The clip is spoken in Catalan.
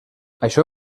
això